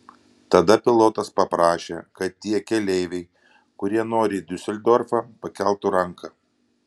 tada pilotas paprašė kad tie keleiviai kurie nori į diuseldorfą pakeltų ranką